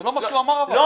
זה לא מה שהוא אמר אבל.